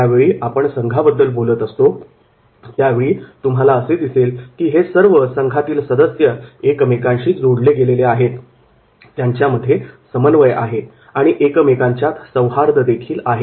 ज्यावेळी आपण संघाबद्दल बोलत असतो त्यावेळी तुम्हाला असे दिसेल की हे सर्व संघातील सदस्य एकमेकांशी जोडले गेलेले आहेत त्यांच्यामध्ये समन्वय आहे आणि एकमेकांच्यात सौहार्ददेखील आहे